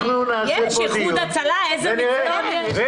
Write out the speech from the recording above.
--- אנחנו נעשה פה דיון ונראה.